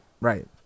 right